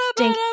ding